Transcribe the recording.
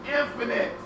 infinite